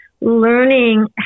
learning